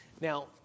Now